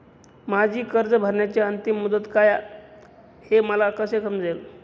माझी कर्ज भरण्याची अंतिम मुदत काय, हे मला कसे समजेल?